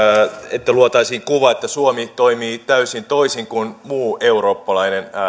että luotaisiin kuva että suomi toimii täysin toisin kuin muu eurooppalainen